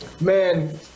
Man